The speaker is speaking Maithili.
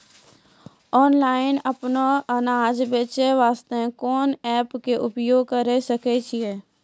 ऑनलाइन अपनो अनाज बेचे वास्ते कोंन एप्प के उपयोग करें सकय छियै?